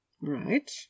Right